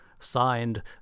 Signed